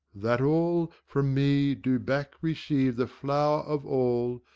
that all from me do back receive the flour of all,